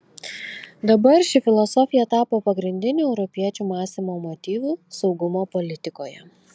dabar ši filosofija tapo pagrindiniu europiečių mąstymo motyvu saugumo politikoje